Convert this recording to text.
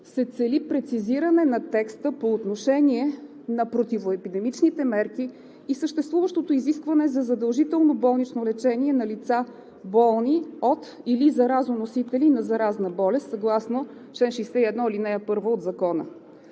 се цели прецизиране на текста по отношение на противоепидемичните мерки и съществуващото изискване за задължително болнично лечение на лица, болни от или заразоносители на заразна болест, съгласно чл. 61, ал. 1 от Закона.